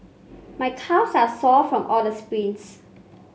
my calves are sore from all the sprints